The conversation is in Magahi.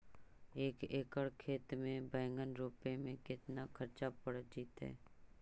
एक एकड़ खेत में बैंगन रोपे में केतना ख़र्चा पड़ जितै?